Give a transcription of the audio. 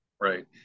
right